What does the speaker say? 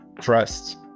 trust